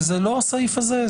זה לא הסעיף הזה.